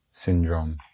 syndrome